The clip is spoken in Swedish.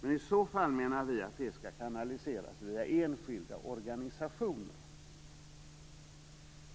Men i så fall skall det kanaliseras via enskilda organisationer.